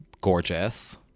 gorgeous